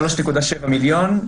3.7 מיליון.